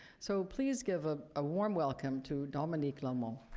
so please give a ah warm welcome to dominique lallement.